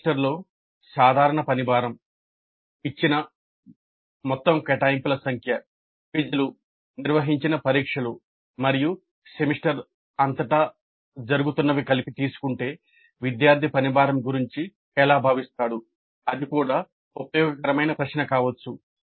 సెమిస్టర్లో సాధారణ పని భారం ఇచ్చిన మొత్తం కేటాయింపుల సంఖ్య క్విజ్లు నిర్వహించిన పరీక్షలు మరియు సెమిస్టర్ అంతటా జరుగుతున్నవి కలిసి తీసుకుంటే విద్యార్థి పనిభారం గురించి ఎలా భావిస్తాడు అది కూడా ఉపయోగకరమైన ప్రశ్న కావచ్చు